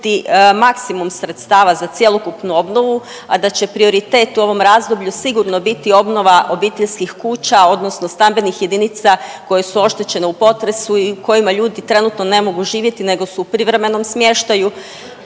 iskoristiti maksimum sredstava za cjelokupnu obnovu, a da će prioritet u ovom razdoblju sigurno biti obnova obiteljskih kuća odnosno stambenih jedinica koje su oštećene u potresu i u kojima ljudi trenutno ne mogu živjeti nego su u privremenom smještaju,